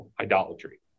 idolatry